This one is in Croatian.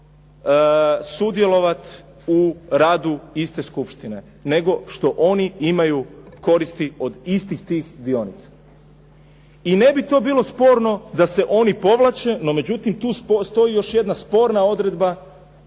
sudjelovati u radu iste skupštine, nego što oni imaju koristi od istih tih dionica. I ne bi to bilo sporno da se oni povlače, no međutim tu stoji još jedna sporna odredba